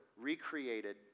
recreated